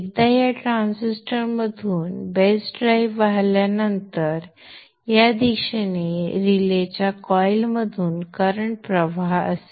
एकदा या ट्रान्झिस्टरमधून बेस ड्राइव्ह वाहल्यानंतर या दिशेने रिलेच्या कॉइलमधून करंट प्रवाह असेल